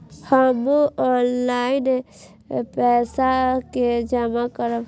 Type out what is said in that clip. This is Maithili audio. हमू ऑनलाईनपेसा के जमा करब?